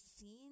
seen